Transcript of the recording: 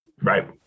right